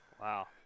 Wow